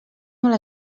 molt